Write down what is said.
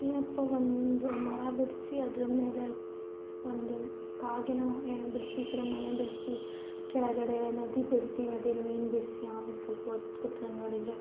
ಏನಪ್ಪ ಒಂದು ಮರ ಬಿಡಿಸಿ ಅದರ ಮೇಲೆ ಒಂದು ಕಾಗೆನೋ ಏನೋ ಬಿಡಿಸಿ ಈ ಕಡೆ ಮನೆ ಬಿಡಿಸಿ ಕೆಳಗಡೆ ನದಿ ಬಿಡಿಸಿ ನದೀಲಿ ಮೀನು ಬಿಡಿಸಿ ಆಮೇಲೆ ಸ್ವಲ್ಪ ಹೊತ್ ಕುತ್ಕಂಡ್ ನೋಡಿದರೆ